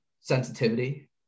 sensitivity